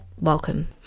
welcome